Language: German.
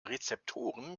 rezeptoren